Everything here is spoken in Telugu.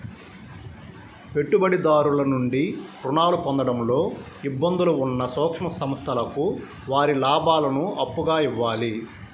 పెట్టుబడిదారుల నుండి రుణాలు పొందడంలో ఇబ్బందులు ఉన్న సూక్ష్మ సంస్థలకు వారి లాభాలను అప్పుగా ఇవ్వాలి